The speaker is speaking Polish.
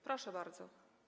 Proszę bardzo.